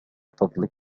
فضلك